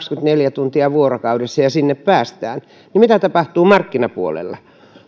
kaksikymmentäneljä tuntia vuorokaudessa ja sinne päästään niin mitä tapahtuu markkinapuolella